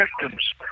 victims